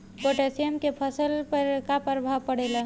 Potassium के फसल पर का प्रभाव पड़ेला?